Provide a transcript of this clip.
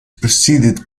preceded